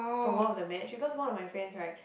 from one of the match because one of my friends right